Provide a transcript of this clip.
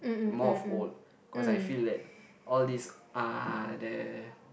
more of old cause I feel that all this are there